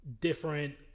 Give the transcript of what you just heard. different